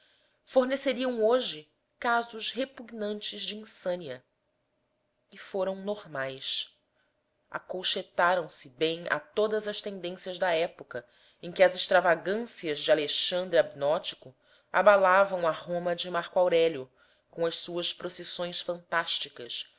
hiperbólicas forneceriam hoje casos repugnantes de insânia e foram normais acolchetaram se bem a todas as tendências da época em que as extravagâncias de alexandre abnótico abalavam a roma de marco aurélio com as suas procissões fantásticas